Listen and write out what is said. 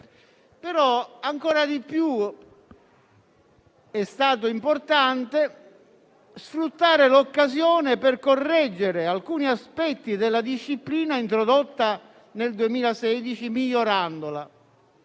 ancor più importante sfruttare l'occasione per correggere alcuni aspetti della disciplina introdotta nel 2016, migliorandola.